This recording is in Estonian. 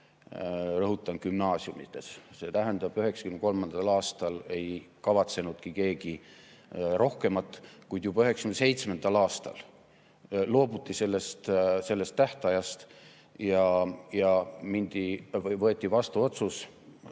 Rõhutan: gümnaasiumides. See tähendab, et 1993. aastal ei kavatsenudki keegi rohkemat, kuid juba 1997. aastal loobuti sellest tähtajast ja võeti vastu otsus,